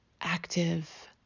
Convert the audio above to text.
active